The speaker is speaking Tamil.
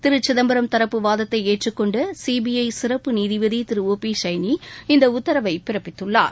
திரு சிதம்பரம் தரப்பு வாதத்தை ஏற்றுக் கொண்ட சிபிஐ சிறப்பு நீதிபதி திரு ஓ பி சைளி இந்த உத்தரவை பிறப்பித்துள்ளார்